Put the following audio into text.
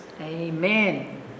Amen